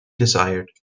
desired